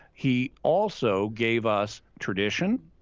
he also gave us tradition,